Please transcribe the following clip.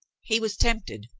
he was tempted.